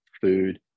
food